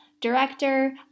director